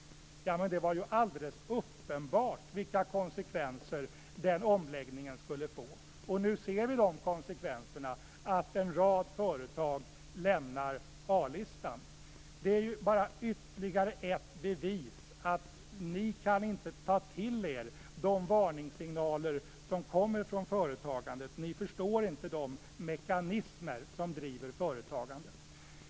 Men det var ju alldeles uppenbart vilka konsekvenser den omläggningen skulle få! Nu ser vi de konsekvenserna. Vi ser att en rad företag lämnar A-listan. Det är bara ytterligare ett bevis för att ni inte kan ta till er de varningssignaler som kommer från företagandet. Ni förstår inte de mekanismer som driver företagande.